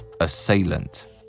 assailant